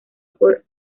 por